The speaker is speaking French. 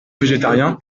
végétarien